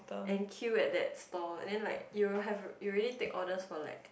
and queue at that stall then like you have you already take orders for like